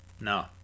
No